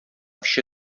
vše